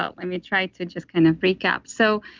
ah let me try to just kind of recap. so,